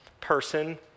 person